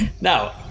Now